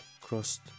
crossed